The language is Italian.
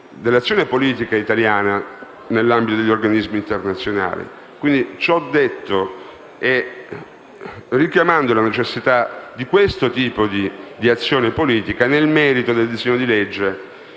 situazione politica italiana negli organismi internazionali. Ciò detto e richiamando la necessità di questo tipo di azione politica nel merito del disegno di legge,